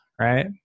right